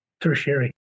Tertiary